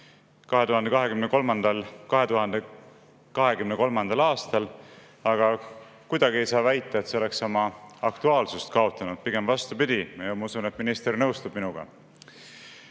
2023. aastal, aga kuidagi ei saa väita, et see oleks oma aktuaalsust kaotanud. Pigem vastupidi. Ma usun, et minister nõustub minuga.